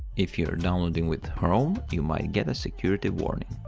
if you're downloading with chrome, you might get a security warning.